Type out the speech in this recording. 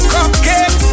Cupcake